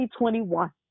2021